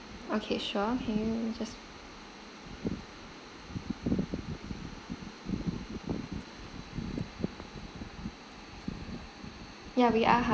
okay sure can you just ya we are halal